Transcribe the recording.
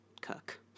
cook